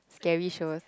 scary show